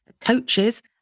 coaches